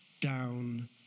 down